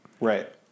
Right